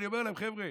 ואני אומר להם: חבר'ה,